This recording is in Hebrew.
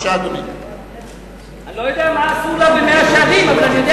אני לא יודע מה עשו במאה-שערים אבל אני יודע